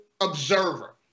observer